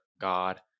God